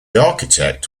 architect